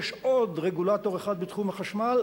יש עוד רגולטור אחד בתחום החשמל,